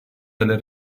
delle